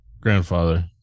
grandfather